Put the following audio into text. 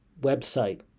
website